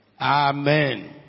Amen